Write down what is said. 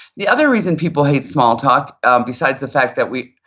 the other reason people hate small talk besides the fact that we've,